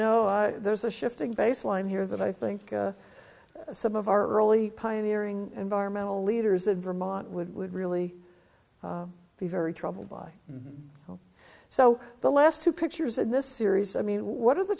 know there's a shifting baseline here that i think some of our early pioneering environmental leaders in vermont would would really be very troubled by so the last two pictures in this series i mean what are the